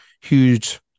huge